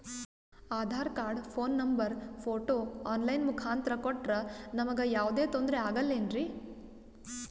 Aadhaar card, phone number, photo online ಮುಖಾಂತ್ರ ಕೊಟ್ರ ನಮಗೆ ಯಾವುದೇ ತೊಂದ್ರೆ ಆಗಲೇನ್ರಿ?